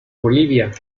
bolivia